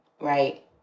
Right